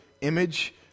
image